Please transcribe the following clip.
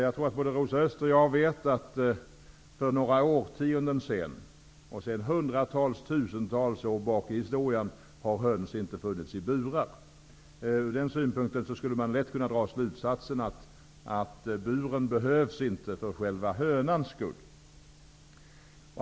Jag tror att även Rosa Östh vet att för några årtionden sedan, och sedan hundratals, tusentals år tillbaka i tiden, hölls höns inte i burar. Från den synpunkten skulle man lätt kunna dra slutsatsen att buren inte behövs för själva hönans skull.